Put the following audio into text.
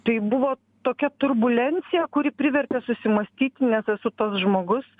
tai buvo tokia turbulencija kuri privertė susimąstyti nes esu tas žmogus